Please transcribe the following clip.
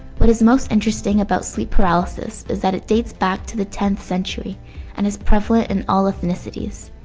what is most interesting about sleep paralysis is that it dates back to the tenth century and is prevalent in all ethnicities.